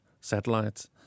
satellites